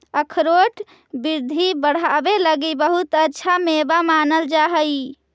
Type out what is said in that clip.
अखरोट बुद्धि बढ़ावे लगी बहुत अच्छा मेवा मानल जा हई